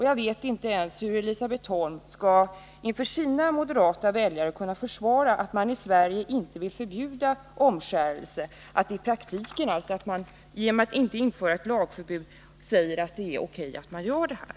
Jag vet inte hur Elisabet Holm ens inför sina moderata väljare skall kunna försvara att man i Sverige inte vill förbjuda omskärelse. Genom att inte införa ett lagförbud säger man i praktiken att det är O.K. att omskärelse förekommer.